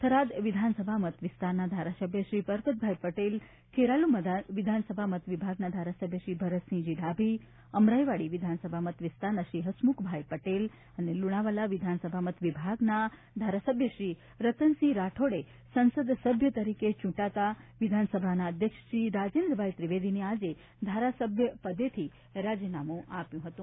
થરાદ વિધાનસભા મતવિભાગના ધારાસભ્ય શ્રી પરબતભાઈ પટેલ ખેરાલુ વિધાનસભા મત વિભાગના ધારાસભ્ય શ્રી ભરતસિંહજી ડાભી અમરાઈવાડી વિધાનસભા મત વિસ્તારના શ્રી હસમુખભાઈ પટેલ અને લુણાવાડા વિધાનસભા મત વિભાગના ધારાસભ્ય શ્રી રતનસિંહ રાઠોડે સંસદ સભ્ય તરીકે ચ્રંટાતા વિધાનસભાના અધ્યક્ષ શ્રી રાજેન્દ્રભાઈ ત્રિવેદીને આજે ધારાસભ્ય પદેથી રાજીનામું આપ્યું હતું